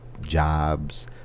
jobs